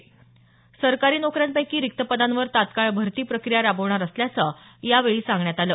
टेण्याच्या सरकारी नोकऱ्यांपैकी रिक्त पदांवर तत्काळ भरती प्रक्रिया राबवणार असल्याचं यावेळी सांगण्यात आलं